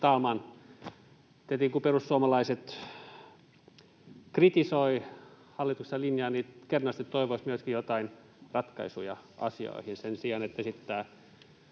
Kun perussuomalaiset kritisoivat hallituksen linjaa, niin kernaasti toivoisi myöskin joitain ratkaisuja asioihin sen sijaan, että esitetään